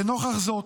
לנוכח זאת,